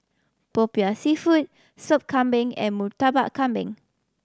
Popiah Seafood Soup Kambing and Murtabak Kambing